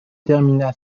termina